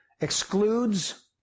excludes